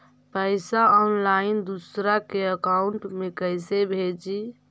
पैसा ऑनलाइन दूसरा के अकाउंट में कैसे भेजी?